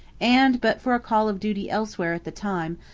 and, but for a call of duty elsewhere at the time,